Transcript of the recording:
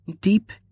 Deep